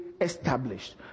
established